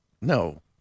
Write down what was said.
No